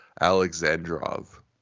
Alexandrov